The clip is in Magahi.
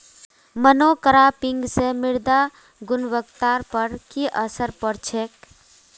मोनोक्रॉपिंग स मृदार गुणवत्ता पर की असर पोर छेक